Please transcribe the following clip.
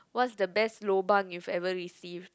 what's the best lobang you've ever received